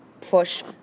Push